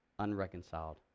unreconciled